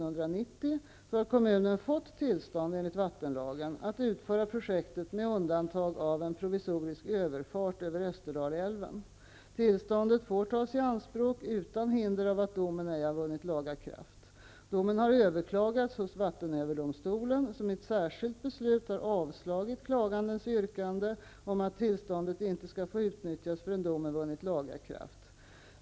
har kommunen fått tillstånd enligt vattenlagen att utföra projektet med undantag av en provisorisk överfart över Österdalälven. Tillståndet får tas i anspråk utan hinder av att domen ej vunnit laga kraft. Domen har överklagats hos vattenöverdomstolen, som i särskilt beslut avslagit klagandens yrkande om att tillståndet inte skall få utnyttjas förrän domen har vunnit laga kraft.